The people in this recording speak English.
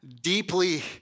deeply